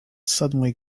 suddenly